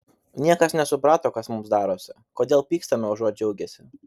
niekas nesuprato kas mums darosi kodėl pykstame užuot džiaugęsi